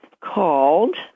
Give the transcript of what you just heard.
called